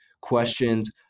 questions